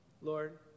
Lord